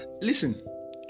listen